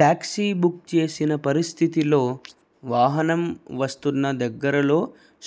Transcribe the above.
taxi book చేసిన పరిస్థితిలో వాహనం వస్తున్న దగ్గరలో